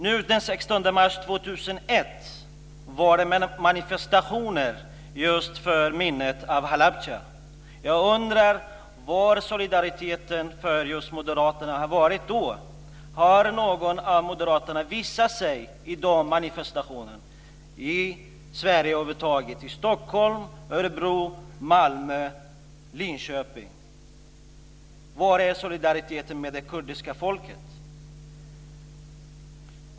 Nu, den 16 mars 2001, förekom manifestationer till minne av Halabja. Jag undrar var solidariteten från moderaterna har varit. Har någon av moderaterna visat sig vid de manifestationerna, i Stockholm, Örebro, Malmö och Linköping, i Sverige över huvud taget? Var är solidariteten med det kurdiska folket?